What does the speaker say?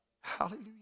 Hallelujah